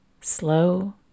slow